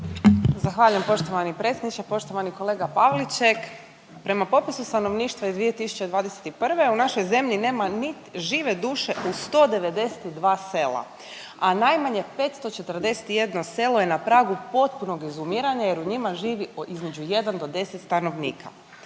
Zahvaljujem poštovani predsjedniče, poštovani kolega Pavliček. Prema popisu stanovništva iz 2021., u našoj zemlji nema ni žive duše u 192 sela, a najmanje 541 selo je na pragu potpunog izumiranja jer u njima živi između 1 do 10 stanovnika.